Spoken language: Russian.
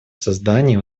создании